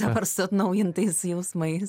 dabar su atnaujintais jausmais